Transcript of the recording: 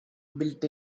built